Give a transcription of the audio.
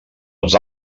els